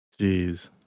Jeez